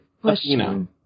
question